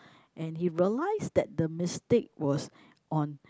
and he realize that the mistake was on